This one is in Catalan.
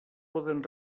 poden